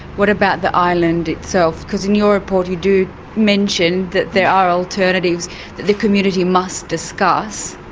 what about the island itself? because in your report you do mention that there are alternatives that the community must discuss.